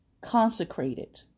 consecrated